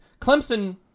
Clemson